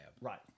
Right